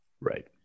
right